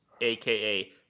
aka